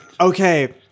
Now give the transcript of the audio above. Okay